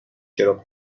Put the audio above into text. چراغ